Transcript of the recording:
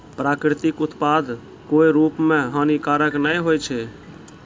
प्राकृतिक उत्पाद कोय रूप म हानिकारक नै होय छै